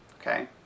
okay